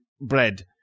bread